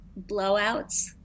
Blowouts